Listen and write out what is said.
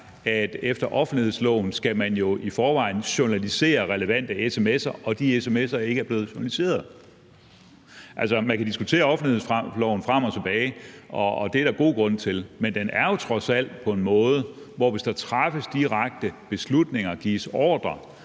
efter offentlighedsloven skal journalisere relevante sms'er, og de sms'er ikke er blevet journaliseret. Man kan diskutere offentlighedsloven frem og tilbage, og det er der god grund til, men den er jo trods alt på en måde sådan, at hvis der træffes direkte beslutninger, gives ordrer